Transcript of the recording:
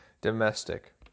domestic